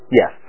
yes